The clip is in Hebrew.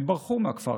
הם ברחו מהכפר,